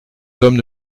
hommes